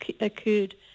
occurred